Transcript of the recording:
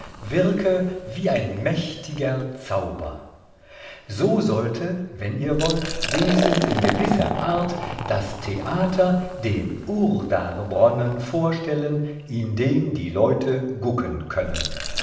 wirke wie ein mächtiger zauber so sollte wenn ihr wollt wenigstens in gewisser art das theater den urdarbronnen vorstellen in den die leute gucken können